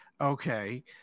okay